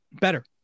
Better